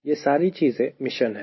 यह सारी चीजें मिशन है